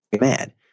mad